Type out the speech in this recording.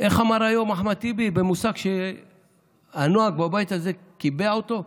איך אמר היום אחמד טיבי במושג שהנוהג בבית הזה קיבע אותו?